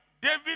David